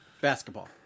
Basketball